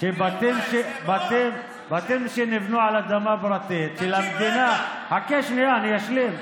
שבתים שנבנו על אדמה פרטית, חכה שנייה, אני אשלים.